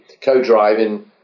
co-driving